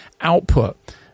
output